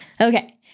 okay